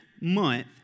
month